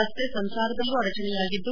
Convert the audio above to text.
ರಸ್ತೆ ಸಂಚಾರದಲ್ಲೂ ಅಡಚಣೆಯಾಗಿದ್ದು